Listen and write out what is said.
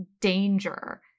danger